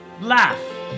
Laugh